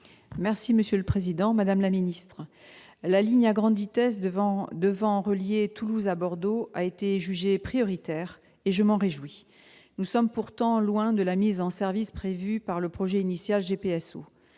Mme Angèle Préville. Madame la ministre, la ligne à grande vitesse devant relier Toulouse à Bordeaux a été jugée prioritaire, et je m'en réjouis. Nous sommes pourtant loin de la mise en service prévue par le projet initial GPSO.